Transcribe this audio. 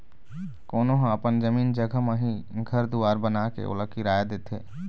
कोनो ह अपन जमीन जघा म ही घर दुवार बनाके ओला किराया देथे